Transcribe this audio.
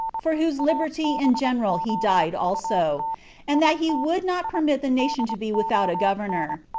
for whose liberty in general he died also and that he would not permit the nation to be without a governor,